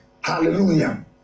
Hallelujah